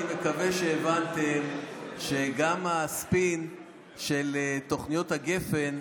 אני מקווה שהבנתם שגם הספין של תוכניות הגפ"ן,